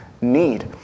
need